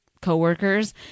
co-workers